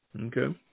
Okay